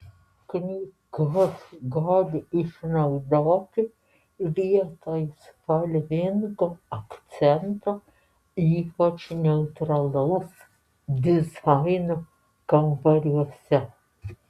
knygas galite išnaudoti vietoj spalvingo akcento ypač neutralaus dizaino kambariuose